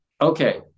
Okay